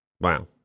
Wow